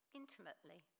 intimately